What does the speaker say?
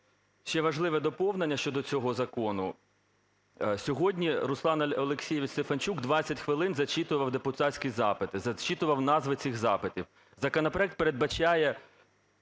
Ще важливе доповнення щодо цього закону. Сьогодні Руслан Олексійович Стефанчук 20 хвилин зачитував депутатські запити, зачитував назви цих запитів. Законопроект передбачає